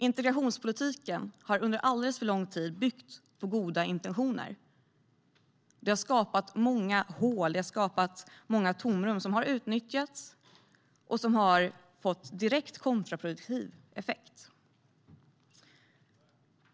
Integrationspolitiken har under alldeles för lång tid byggt på goda intentioner. Det har skapat många hål, många tomrum som har utnyttjats och som har fått direkt kontraproduktiv effekt.